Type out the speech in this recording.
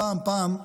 פעם, פעם,